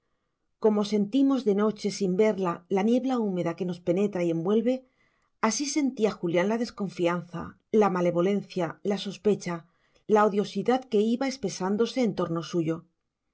como sentimos de noche sin verla la niebla húmeda que nos penetra y envuelve así sentía julián la desconfianza la malevolencia la sospecha la odiosidad que iba espesándose en torno suyo